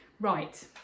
Right